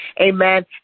amen